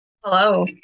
hello